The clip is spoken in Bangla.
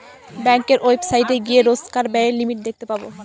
ব্যাঙ্কের ওয়েবসাইটে গিয়ে রোজকার ব্যায়ের লিমিট দেখতে পাবো